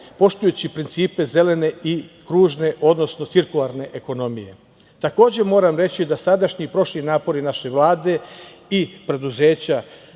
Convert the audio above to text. poštujući principe zelene i kružne, odnosno cirkularne ekonomije. Takođe, moram reći da sadašnji i prošli napori naše Vlade i preduzeća